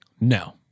No